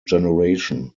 generation